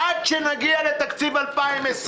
עד שנגיע לתקציב 2020,